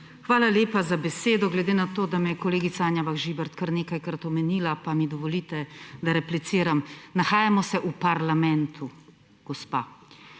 Hvala lepa za besedo. Glede na to, da me je kolegica Anja Bah Žibert kar nekajkrat omenila, pa mi dovolite, da repliciram. Nahajamo se v parlamentu, gospa